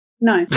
No